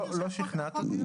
טוב, לא שכנעת אותי.